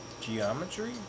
Geometry